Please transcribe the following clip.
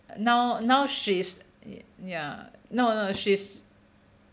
now now she's ya no no she's